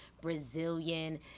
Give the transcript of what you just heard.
Brazilian